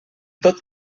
tot